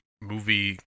movie